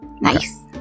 Nice